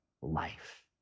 life